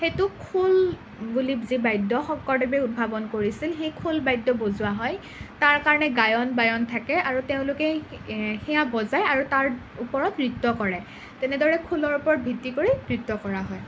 সেইটো খোল বুলি যি বাদ্য শংকৰদেৱে উদ্ভাৱন কৰিছিল সেই খোল বাদ্য বজোৱা হয় তাৰ কাৰণে গায়ন বায়ন থাকে আৰু তেওঁলোকে সেয়া বজায় আৰু তাৰ ওপৰত নৃত্য কৰে তেনেদৰে খোলৰ ওপৰত ভিত্তি কৰি নৃত্য কৰা হয়